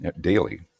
daily